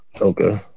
okay